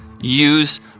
use